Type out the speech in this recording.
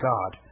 God